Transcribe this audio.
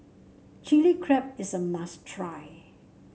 Chili Crab is a must try